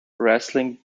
wrestling